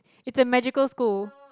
is a magical school